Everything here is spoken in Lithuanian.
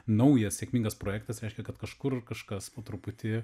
naujas sėkmingas projektas reiškia kad kažkur kažkas po truputį